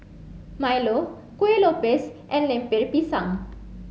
Milo Kuih Lopes and Lemper Pisang